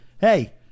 hey